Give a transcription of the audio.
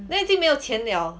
then 已经没有钱 liao